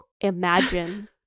Imagine